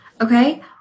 Okay